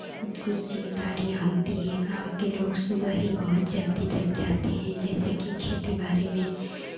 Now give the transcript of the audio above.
बहुत कुछ जिम्मेदारियां होती हैं गाँव के लोग सुबह ही बहुत जल्दी जग जाते हैं जैसे की खेती बाड़ी में